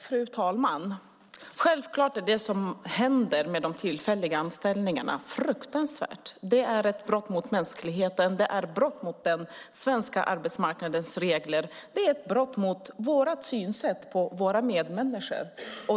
Fru talman! Självklart är det som händer med de tillfälliga anställningarna fruktansvärt. Det är ett brott mot mänskligheten. Det är ett brott mot den svenska arbetsmarknadens regler. Det är ett brott mot vårt synsätt på våra medmänniskor.